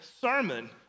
sermon